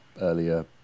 earlier